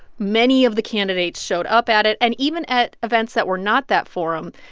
many of the candidates showed up at it. and even at events that were not that forum,